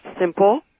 simple